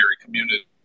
community